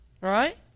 Right